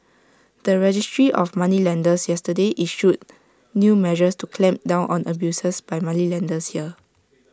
the registry of moneylenders yesterday issued new measures to clamp down on abuses by moneylenders here